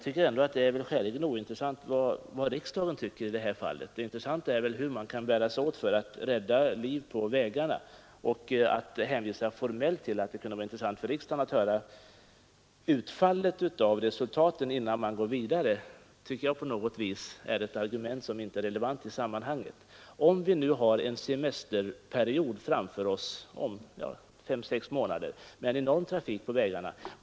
Herr talman! Det intressanta är hur man skall bära sig åt för att rädda liv på vägarna. Då är det ett irrelevant argument i sammanhanget att formellt hänvisa till att det kunde vara intressant för riksdagen att höra utfallet innan man går vidare. Vi har om fem å sex månader en semesterperiod framför oss med enorm trafik på vägarna.